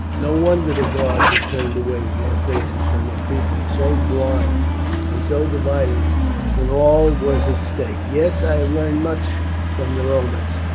no wonder the gods have turned away their faces from a people so blind and so divided when all was at stake. yes, i have learned much from the romans.